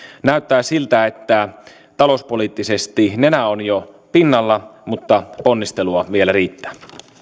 näyttää siltä että talouspoliittisesti nenä on jo pinnalla mutta ponnistelua vielä riittää